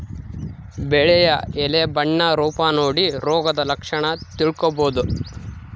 ಬೆಳೆಯ ಎಲೆ ಬಣ್ಣ ರೂಪ ನೋಡಿ ರೋಗದ ಲಕ್ಷಣ ತಿಳ್ಕೋಬೋದು